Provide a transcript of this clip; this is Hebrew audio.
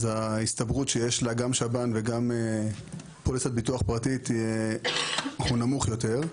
אז ההסתברות שיש לה גם שב"ן וגם פוליסת ביטוח פרטית הוא נמוך יותר.